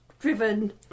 Driven